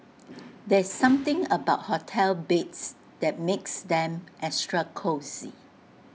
there's something about hotel beds that makes them extra cosy